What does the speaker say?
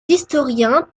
historiens